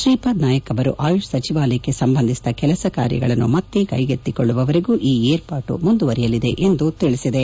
ಶ್ರೀಪಾದ್ ನಾಯಕ್ ಅವರು ಆಯುಷ್ ಸಚಿವಾಲಯಕ್ಕೆ ಸಂಬಂಧಿಸಿದ ಕೆಲಸಕಾರ್ಯಗಳನ್ನು ಮತ್ತೆ ಕ್ಲೆಗೆತ್ತಿಕೊಳ್ಳುವವರೆಗೂ ಈ ಏರ್ಪಾಡು ಮುಂದುವರಿಯಲಿದೆ ಎಂದು ತಿಳಿಸಿದೆ